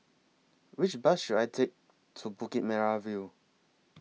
Which Bus should I Take to Bukit Merah View